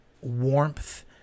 warmth